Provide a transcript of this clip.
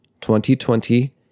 2020